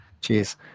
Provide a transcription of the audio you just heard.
Cheers